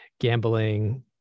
gambling